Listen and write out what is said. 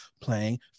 playing